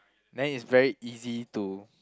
then it's very easy to